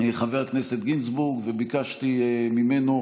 חבר הכנסת גינזבורג וביקשתי ממנו,